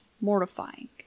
mortifying